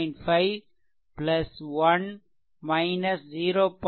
5 1 0